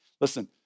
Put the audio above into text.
Listen